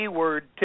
word